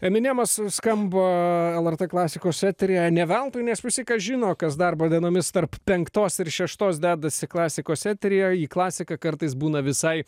eminemas skamba lrt klasikos eteryje ne veltui nes visi kas žino kas darbo dienomis tarp penktos ir šeštos dedasi klasikos eteryje į klasiką kartais būna visai